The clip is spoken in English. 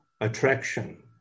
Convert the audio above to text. attraction